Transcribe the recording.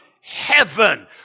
heaven